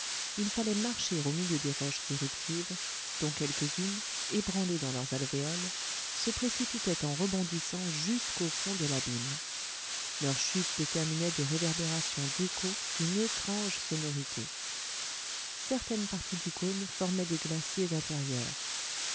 il fallait marcher au milieu des roches éruptives dont quelques-unes ébranlées dans leurs alvéoles se précipitaient en rebondissant jusqu'au fond de l'abîme leur chute déterminait des réverbérations d'échos d'une étrange sonorité certaines parties du cône formaient des glaciers intérieurs